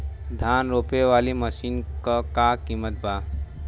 धान रोपे वाली मशीन क का कीमत बा?